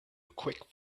quick